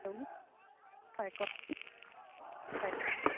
hello হয় কওকচোন হয়